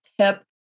tip